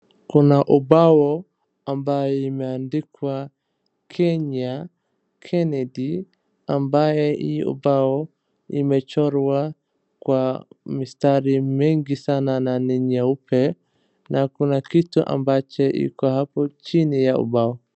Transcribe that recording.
Kuna ubao ambayo imeandikwa Kenya ,Kennedy ambayo hii ubao imechorwa kwa mistari nyingi sana na ni nyeupe na kuna kitu hapo chini ya ubao.